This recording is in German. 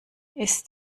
ist